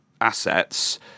assets